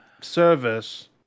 service